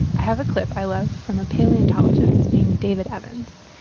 i have a clip i love from a paleontologist named david evans.